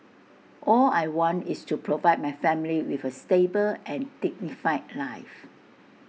all I want is to provide my family with A stable and dignified life